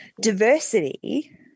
diversity